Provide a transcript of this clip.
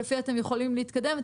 שלפיה אתם יכולים להתקדם,